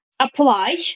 Apply